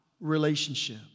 relationship